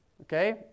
Okay